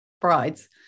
brides